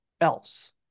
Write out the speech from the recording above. else